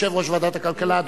יושב-ראש ועדת הכלכלה.